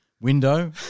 window